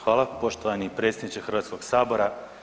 Hvala poštovani predsjedniče Hrvatskog sabora.